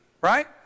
right